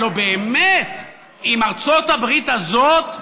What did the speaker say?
הלוא באמת, עם ארצות הברית הזאת,